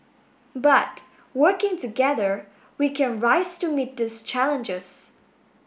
but working together we can rise to meet these challenges